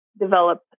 develop